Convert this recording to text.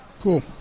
cool